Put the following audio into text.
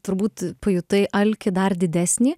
turbūt pajutai alkį dar didesnį